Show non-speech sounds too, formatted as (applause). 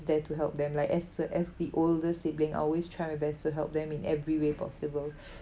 there to help them like as a as the older sibling I always try my best to help them in every way possible (breath)